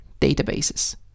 databases